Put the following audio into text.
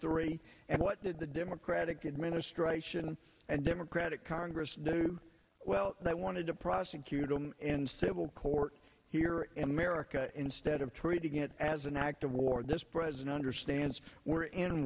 three and what did the democratic administration and democratic congress do well that wanted to prosecute in civil court here in america instead of treating it as an act of war this president understands we're in